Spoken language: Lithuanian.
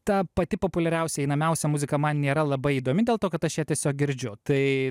ta pati populiariausia einamiausia muzika man nėra labai įdomi dėl to kad aš ją tiesiog girdžiu tai